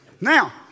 Now